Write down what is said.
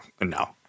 No